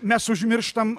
mes užmirštam